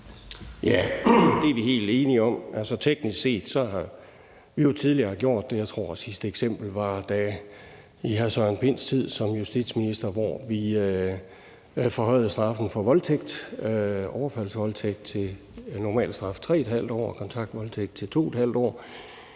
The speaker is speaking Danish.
Ja, det er vi helt enige om. Altså, teknisk set har vi jo tidligere har gjort det. Jeg tror, at sidste eksempel var under hr. Søren Pinds tid som justitsminister, hvor vi forhøjede normalstraffen for overfaldsvoldtægt til 3½ år og kontaktvoldtægt til 2½ år.